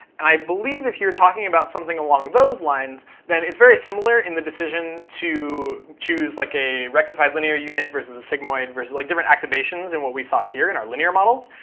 i believe if you're talking about something along those lines, then it's very similar in the decision to choose like a rectified linear unit versus a sigmoid versus like different activations then and what we saw here in our linear models.